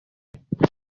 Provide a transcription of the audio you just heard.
مدل